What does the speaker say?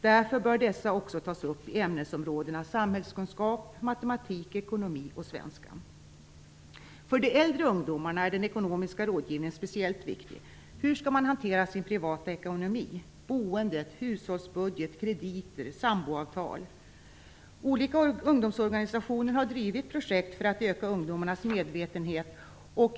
Därför bör dessa också tas upp i ämnesområdena samhällskunskap, matematik, ekonomi och svenska. För de äldre ungdomarna är den ekonomiska rådgivningen speciellt viktig. Hur skall man hantera sin privata ekonomi: boendet, hushållsbudget, krediter och samboavtal? Olika ungdomsorganisationer har drivit projekt för att öka ungdomarnas medvetenhet.